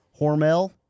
Hormel